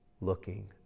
looking